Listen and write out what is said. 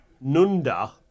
Nunda